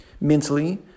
mentally